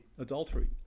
adultery